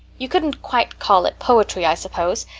you couldn't quite call it poetry, i suppose,